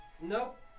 Nope